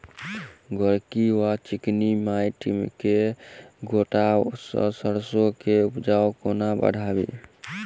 गोरकी वा चिकनी मैंट मे गोट वा सैरसो केँ उपज कोना बढ़ाबी?